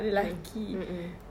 mm mm mm